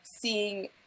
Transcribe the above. seeing